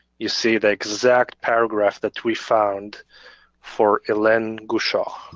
you see the exact paragraph that we found for helen goshaw.